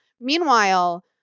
Meanwhile